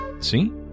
see